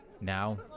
Now